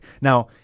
Now